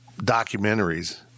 documentaries